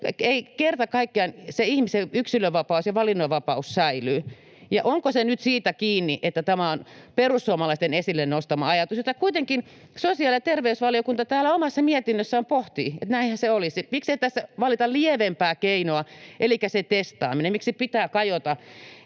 kerta kaikkiaan säilyvät ihmisen yksilönvapaus ja valinnanvapaus. Onko se nyt siitä kiinni, että tämä on perussuomalaisten esille nostama ajatus, jota kuitenkin sosiaali‑ ja terveysvaliokunta täällä omassa mietinnössään pohtii, että näinhän se olisi? Miksei tässä valita lievempää keinoa elikkä sitä testaamista? Miksi pitää kajota